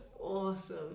awesome